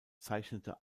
zeichnete